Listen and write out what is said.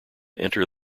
enter